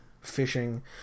fishing